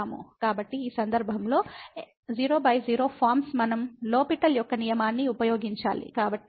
కాబట్టి ఈ సందర్భంలో 00 ఫార్మ్స్ మనం లో పిటెల్ L'Hospital యొక్క నియమాన్ని ఉపయోగించాలి